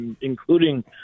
including